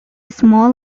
small